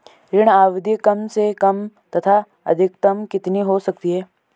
ऋण अवधि कम से कम तथा अधिकतम कितनी हो सकती है?